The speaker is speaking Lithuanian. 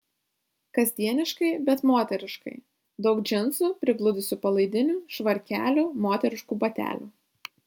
kasdieniškai bet moteriškai daug džinsų prigludusių palaidinių švarkelių moteriškų batelių